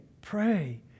pray